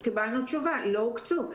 אז קיבלנו תשובה, לא הוקצו.